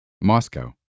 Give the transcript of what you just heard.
Moscow